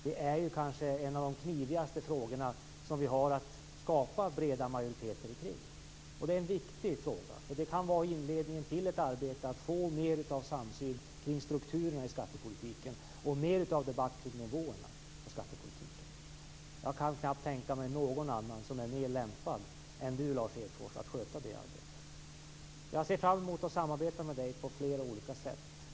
Det är kanske en av de knivigaste frågor som vi har att skapa breda majoriteter omkring. Och det är en viktig fråga. Det kan vara inledningen till ett arbete för att få mer av samsyn kring strukturerna i skattepolitiken och mer av debatt kring nivåerna. Jag kan knappast tänka mig någon som är mer lämpad än du, Lars Hedfors, att sköta det arbetet. Jag ser fram mot att samarbeta med dig på flera olika sätt.